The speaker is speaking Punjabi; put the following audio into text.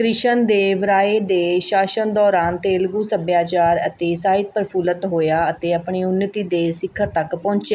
ਕ੍ਰਿਸ਼ਨਦੇਵਰਾਏ ਦੇ ਸ਼ਾਸਨ ਦੌਰਾਨ ਤੇਲਗੂ ਸੱਭਿਆਚਾਰ ਅਤੇ ਸਾਹਿਤ ਪ੍ਰਫ਼ੁੱਲਤ ਹੋਇਆ ਅਤੇ ਆਪਣੀ ਉੱਨਤੀ ਦੇ ਸਿਖਰ ਤੱਕ ਪਹੁੰਚਿਆ